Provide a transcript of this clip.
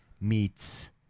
meets